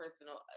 personal